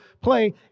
play